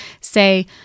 say